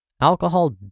alcohol